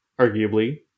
arguably